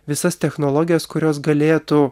visas technologijas kurios galėtų